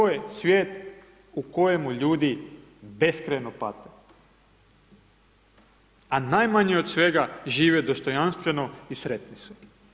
To je svijet u kojemu ljudi beskrajno pate, a najmanje od svega žive dostojanstveno i sretni su.